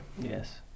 Yes